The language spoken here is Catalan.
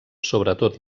sobretot